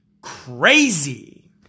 crazy